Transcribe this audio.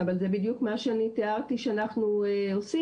אבל זה בדיוק מה שאני תיארתי שאנחנו עושים,